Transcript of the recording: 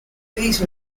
these